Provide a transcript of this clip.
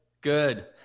Good